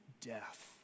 death